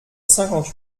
cinquante